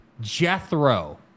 jethro